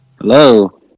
Hello